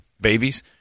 babies